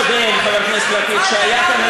היות שבמבחן הקודם שהיה כאן,